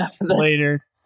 later